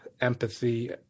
empathy